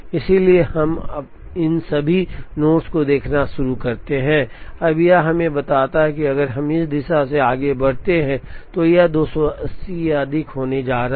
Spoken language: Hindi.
इसलिए अब हम इन सभी नोड्स को देखना शुरू करते हैं अब यह हमें बताता है कि अगर हम इस दिशा से आगे बढ़ते हैं तो यह 280 या अधिक होने जा रहा है